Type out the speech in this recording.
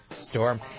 Storm